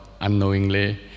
unknowingly